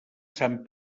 sant